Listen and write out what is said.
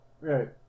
Right